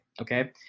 Okay